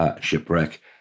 Shipwreck